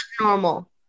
normal